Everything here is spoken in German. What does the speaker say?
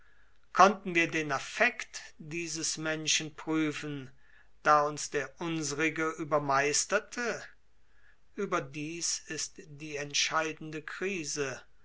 konnten wir den affekt dieses menschen prüfen da uns der unsrige übermeisterte überdies ist die entscheidende krise